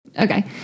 Okay